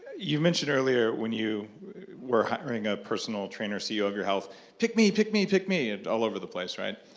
you mentioned earlier when you were hiring a personal trainer ceo of your health pick me! pick me! pick me! and all over the place, right?